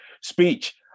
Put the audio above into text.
speech